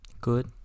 good